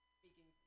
speaking